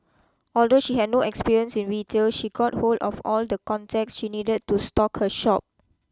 although she had no experience in retail she got hold of all the contacts she needed to stock her shop